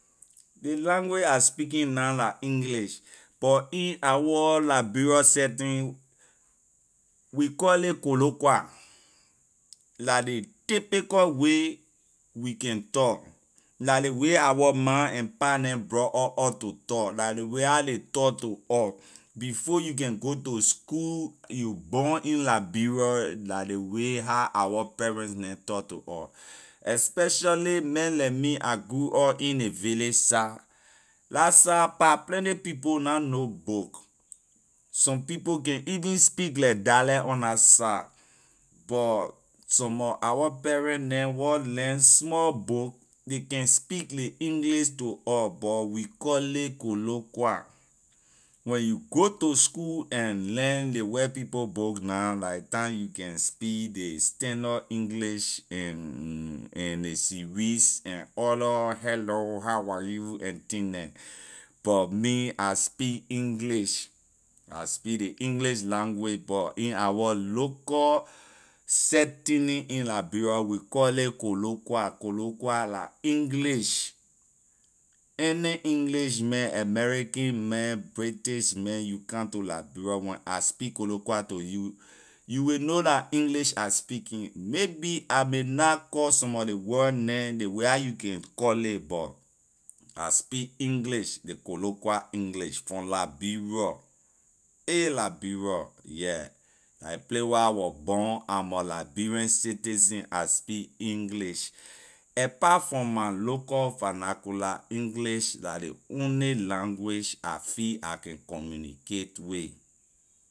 Ley language I speaking na la english but in our liberia setting we call ley koloqua la ley typical way we can tor la ley way our ma and pa neh brought or up to tor la ley way how ley tor to or before you can go to school you born in liberia la ley way how our parents neh tor to or especially man like me I grew up in ley village side la side pah plenty people na know book some people can even speak la dialect on la side but some mor our parent neh wor learn small book ley can speak ley english to us but we call ley koloqua when you go to school and learn ley white people book na la ley time you can speak ley standard english and and ley series and other hello, how are you and thing neh but me I speak english I speak ley english language but I our local setting in liberia we call ley koloqua koloqua la english any english man american man british man you come to liberia when I speak koloqua to you you will know la english I speaking maybe I may not call some mor ley word neh ley way how you can call ley but I speak english ley koloqua english from liberia ay liberia yeah la ley place wor I was born i’m a liberian citizen I speak english apart from my local vernacular english la ley only language I feel I can communicate with.